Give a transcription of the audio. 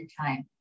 time